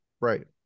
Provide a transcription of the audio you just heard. Right